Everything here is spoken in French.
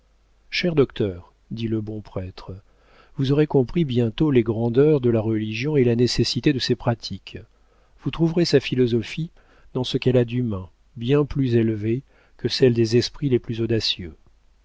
cher docteur dit le bon prêtre vous aurez compris bientôt les grandeurs de la religion et la nécessité de ses pratiques vous trouverez sa philosophie dans ce qu'elle a d'humain bien plus élevée que celle des esprits les plus audacieux